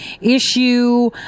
issue